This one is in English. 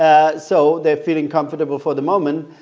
ah so they're feeling comfortable for the moment.